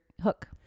hook